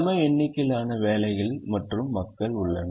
சம எண்ணிக்கையிலான வேலைகள் மற்றும் மக்கள் உள்ளனர்